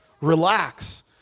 relax